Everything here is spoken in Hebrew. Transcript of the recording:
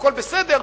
והכול בסדר,